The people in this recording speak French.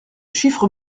chiffre